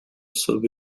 sob